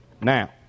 Now